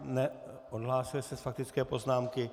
Ne, odhlásil se z faktické poznámky.